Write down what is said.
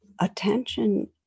attention